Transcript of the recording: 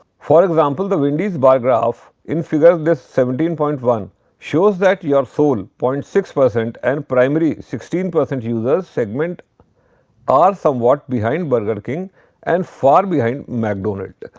for example, the wendy's bar graph in figure this seventeen point one shows that your sole zero point six percent and primary sixteen percent users segment are somewhat behind burger king and far behind mcdonald's.